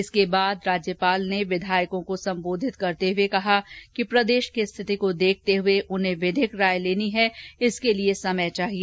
इसके बाद राज्यपाल ने विधायकों को संबोधित करते हुए कहा कि प्रदेश की स्थिति को देखते हुए उन्हें विधिक राय लेनी है इसके लिए समय चाहिए